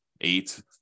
eight